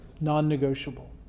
non-negotiable